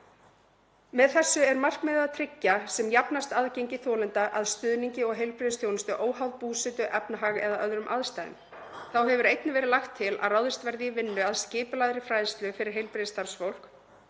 Með þessu er markmiðið að tryggja sem jafnast aðgengi þolenda að stuðningi og heilbrigðisþjónustu óháð búsetu, efnahag eða öðrum aðstæðum. Þá hefur einnig verið lagt til að ráðist verði í vinnu við skipulagða fræðslu fyrir heilbrigðisstarfsfólk